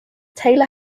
taylor